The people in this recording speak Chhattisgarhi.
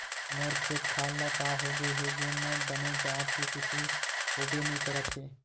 मोर खेत खार ल का होगे हे जेन म बने जात के कुछु होबे नइ करत हे